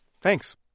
Thanks